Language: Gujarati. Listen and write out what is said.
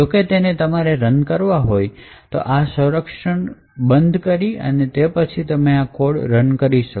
જોકે તેને તમારે રન કરવો હોય તો આ સરક્ષણ બંધ કરી અને પછી તમે આ કોડને રન કરી શકો